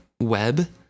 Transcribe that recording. web